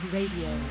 Radio